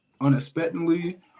unexpectedly